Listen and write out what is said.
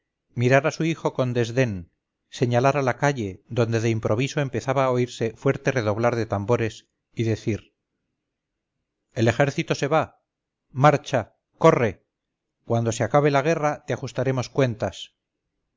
mirar a su hijo con desdén señalar a la calle donde de improviso empezaba a oírse fuerte redoblar de tambores y decir el ejército se va marcha corre cuando se acabe la guerra te ajustaremos cuentas